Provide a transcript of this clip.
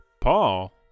Paul